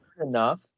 Enough